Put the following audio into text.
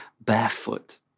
barefoot